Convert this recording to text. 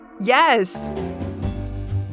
Yes